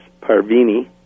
Parvini